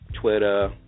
Twitter